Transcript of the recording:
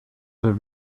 oder